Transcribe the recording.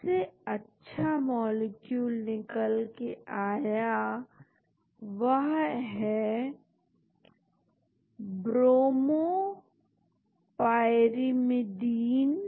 structural database तो यह database बहुत सारी संरचनाएं रखता है जो कि स्कैफोल्ड होपिंग के लिए इस्तेमाल की जा सकती हैं